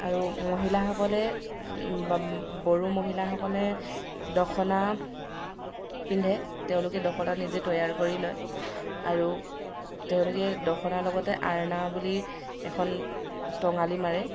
আৰু মহিলাসকলে বড়ো মহিলাসকলে দখনা পিন্ধে তেওঁলোকে দখনা নিজে তৈয়াৰ কৰি লয় আৰু তেওঁলোকে দখনাৰ লগতে আৰনা বুলি এখন টঙালী মাৰে